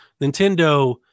Nintendo